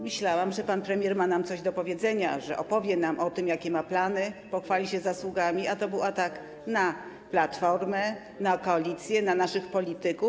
Myślałam, że pan premier ma nam coś do powiedzenia, że opowie nam o tym, jakie ma plany, pochwali się zasługami, a to był atak na Platformę, na koalicję, na naszych polityków.